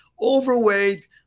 overweight